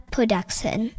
Production